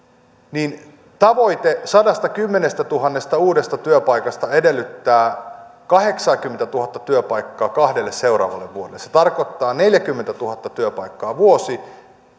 tavoite sadastakymmenestätuhannesta uudesta työpaikasta edellyttää kahdeksankymmentätuhatta työpaikkaa kahdelle seuraavalle vuodelle se tarkoittaa neljäkymmentätuhatta työpaikkaa